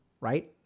right